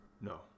No